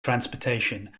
transportation